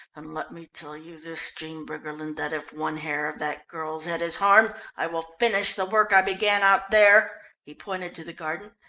and let me tell you this, jean briggerland, that if one hair of that girl's head is harmed, i will finish the work i began out there, he pointed to the garden,